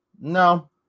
No